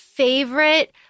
favorite